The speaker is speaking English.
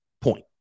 point